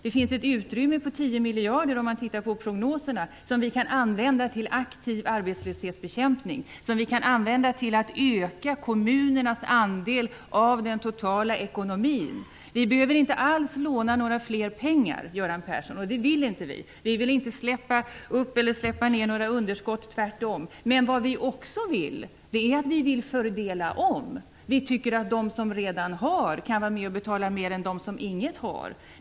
Det finns ett utrymme på tio miljarder kronor, om man tittar på prognoserna, som vi kan använda till aktiv arbetslöshetsbekämpning, som vi kan använda till att öka kommunernas andel av den totala ekonomin. Vi behöver inte alls låna mer pengar, Göran Persson, och det vill vi inte. Vi vill inte släppa upp några underskott, tvärtom. Men vad vi också vill, är att fördela om. Vi tycker att de som redan har kan vara med och betala mer än de som inget har.